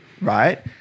Right